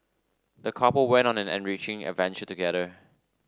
the couple went on an enriching adventure together